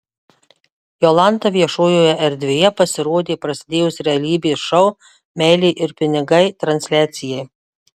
jolanta viešojoje erdvėje pasirodė prasidėjus realybės šou meilė ir pinigai transliacijai